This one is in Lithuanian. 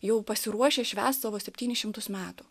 jau pasiruošęs švęst savo septynis šimtus metų